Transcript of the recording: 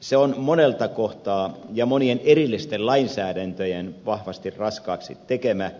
se on sitä monelta kohtaa ja monien erillisten lainsäädäntöjen vahvasti raskaaksi tekemä